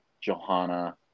Johanna